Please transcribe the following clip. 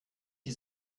die